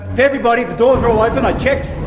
everybody, the doors are all open, i checked.